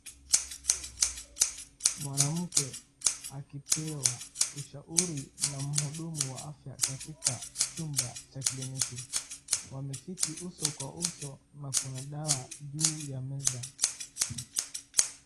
Mwanamke akipewa ushauri na mhudumu wa afya katika chumba cha kliniki. Wameketi uso kwa uso na kuna dawa juu ya meza.